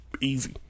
Easy